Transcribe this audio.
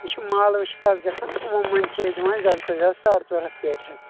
یہِ چھُ مال وٕچھتِھ حظ گژھان تِمَن منز چھُ أسۍ دِوان زیادٕ کھۄتہٕ زیادٕ ساڑ ژور ہتھ پیٹہِ حظ